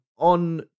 On